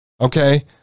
Okay